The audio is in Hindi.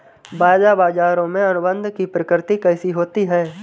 वायदा बाजारों में अनुबंध की प्रकृति कैसी होती है?